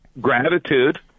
gratitude